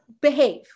behave